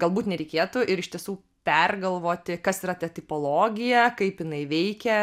galbūt nereikėtų ir iš tiesų pergalvoti kas yra ta tipologija kaip jinai veikia